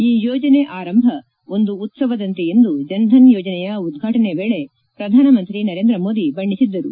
ಈ ಯೋಜನೆ ಆರಂಭ ಒಂದು ಉತ್ತವದಂತೆ ಎಂದು ಜನ್ಧನ್ ಯೋಜನೆಯ ಉದ್ವಾಟನೆ ವೇಳೆ ಪ್ರಧಾನಮಂತ್ರಿ ನರೇಂದ್ರ ಮೋದಿ ಬಣ್ಣಿಸಿದ್ದರು